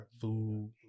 food